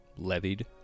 Levied